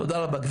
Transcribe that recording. תודה רבה.